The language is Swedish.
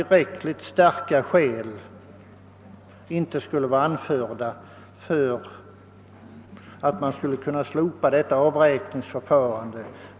ligt starka skäl inte skulle ha anförts för ett slopande av avräkningsförfarandet.